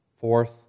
Fourth